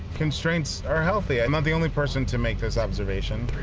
constraints are healthy. i'm not the only person to make this observation